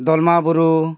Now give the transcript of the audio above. ᱫᱚᱞᱢᱟ ᱵᱩᱨᱩ